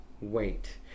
Wait